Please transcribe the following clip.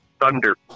thunder